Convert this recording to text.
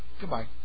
goodbye